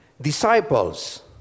disciples